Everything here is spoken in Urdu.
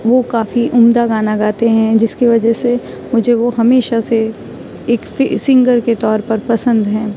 وہ کافی عمدہ گانا گاتے ہیں جس کی وجہ سے مجھے وہ ہمیشہ سے ایک فی سنگر کے طور پر پسند ہیں